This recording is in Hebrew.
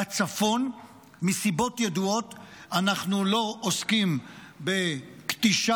בצפון מסיבות ידועות אנחנו לא עוסקים בכתישה